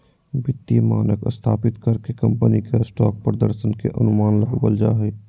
वित्तीय मानक स्थापित कर के कम्पनी के स्टॉक प्रदर्शन के अनुमान लगाबल जा हय